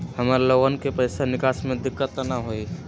हमार लोगन के पैसा निकास में दिक्कत त न होई?